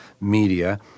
media